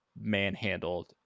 manhandled